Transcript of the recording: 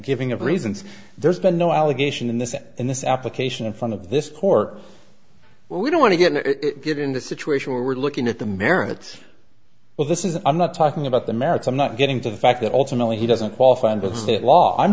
giving of reasons there's been no allegation in this that in this application in front of this court we don't want to get it in this situation where we're looking at the merits well this is i'm not talking about the merits i'm not getting to the fact that ultimately he doesn't qualify under state law i'm